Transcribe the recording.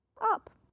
up